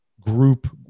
group